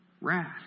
wrath